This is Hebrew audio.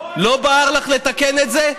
לא בער לך לתקן את זה?